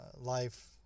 life